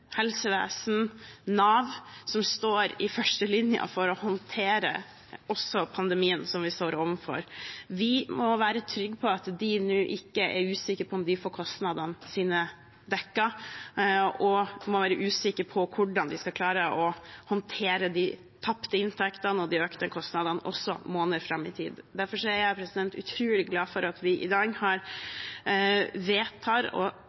helsevesen, Nav som står i førstelinjen for å håndtere også pandemien som vi står overfor. Vi må være trygge på at de nå ikke er usikre på om de får kostnadene sine dekket, og ikke må være usikre på hvordan de skal klare å håndtere de tapte inntektene og de økte kostnadene også måneder fram i tid. Derfor er jeg utrolig glad for at vi i dag vedtar – og